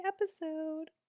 episode